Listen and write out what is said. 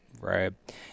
Right